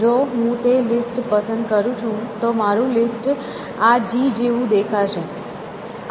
જો હું તે લિસ્ટ પસંદ કરું છું તો મારું લિસ્ટ આ G જેવું દેખાશે